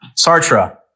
Sartre